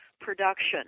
production